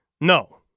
No